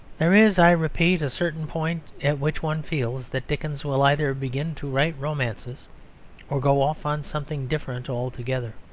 there is, i repeat, a certain point at which one feels that dickens will either begin to write romances or go off on something different altogether.